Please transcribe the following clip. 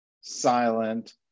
silent